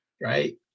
Right